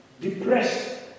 depressed